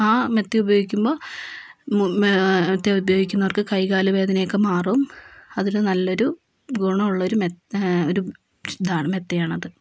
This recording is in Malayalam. ആ മെത്ത ഉപയോഗിക്കുമ്പോൾ മെത്ത ഉപയോഗിക്കുന്നവർക്ക് കൈകാല് വേദനയൊക്കെ മാറും അതൊരു നല്ലൊരു ഗുണ ഉള്ളൊരു മെത്ത ഒരു ഇതാണ് മെത്തയാണത്